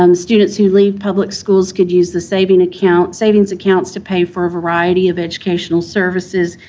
um students who leave public schools could use the savings accounts savings accounts to pay for a variety of educational services,